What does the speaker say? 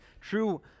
true